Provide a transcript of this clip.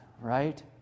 right